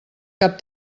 cap